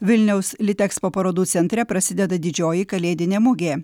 vilniaus litexpo parodų centre prasideda didžioji kalėdinė mugė